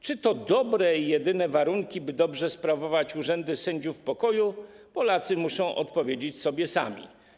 Czy to dobre i jedyne kryteria, by dobrze sprawować urzędy sędziów pokoju, Polacy muszą odpowiedzieć sobie sami.